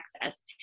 access